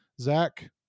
Zach